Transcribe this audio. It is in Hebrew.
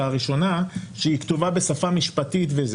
הראשונה שהיא כתובה בשפה משפטית וכולי.